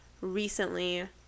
recently